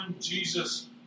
Jesus